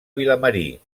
vilamarí